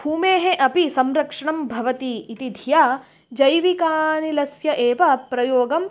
भूमेः अपि संरक्षणं भवति इति धिया जैविकानिलस्य एव प्रयोगम्